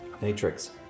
Matrix